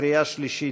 קריאה שלישית,